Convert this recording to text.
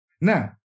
Now